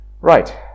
Right